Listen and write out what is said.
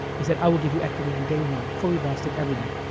i said, i will give you equity on day one, fully vested, everything,